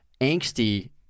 angsty